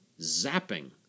zapping